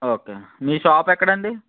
okay మీ shop ఎక్కడ అండి